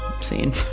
scene